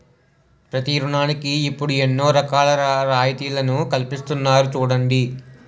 ప్రతి ఋణానికి ఇప్పుడు ఎన్నో రకాల రాయితీలను కల్పిస్తున్నారు చూడండి